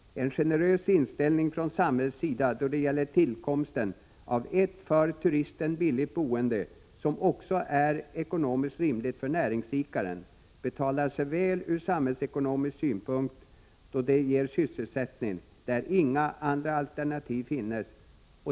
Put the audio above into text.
En generös inställning från samhället i vad gäller tillkomsten av ett för turismen billigt boende, som också är ekonomiskt rimligt för näringsidkaren, betalar sig väl ur samhällsekonomisk synvinkel, då det ger sysselsättning där inga andra alternativ finns.